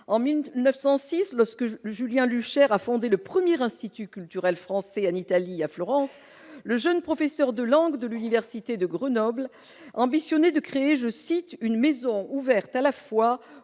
En 1906, lorsque Julien Luchaire a fondé le premier culturel français en Italie, à Florence, le jeune professeur de langues de l'université de Grenoble ambitionnait de créer « une maison, ouverte à la fois